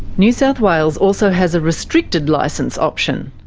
new south wales also has a restricted licence option.